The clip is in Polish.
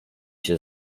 się